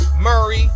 Murray